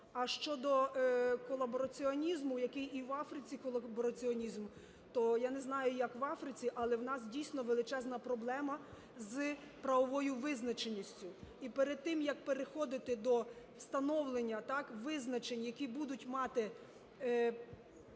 А щодо колабораціонізму, який і в Африці колабораціонізм, то я не знаю, як в Африці, але в нас дійсно величезна проблема з правовою визначеністю, і перед тим, як переходити до встановлення визначень, які будуть мати